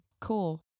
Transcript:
Cool